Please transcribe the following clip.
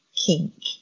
kink